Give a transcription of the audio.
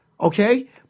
Okay